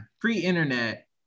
pre-internet